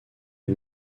aux